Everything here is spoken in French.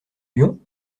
lyon